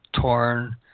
torn